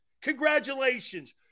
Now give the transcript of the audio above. congratulations